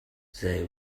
they